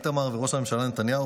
איתמר וראש הממשלה נתניהו,